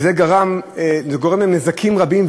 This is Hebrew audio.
וזה גרם וזה גורם לנזקים רבים,